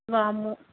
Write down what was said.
వాము